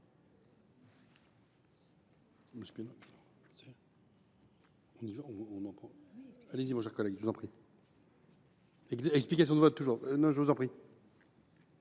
Merci,